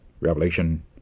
Revelation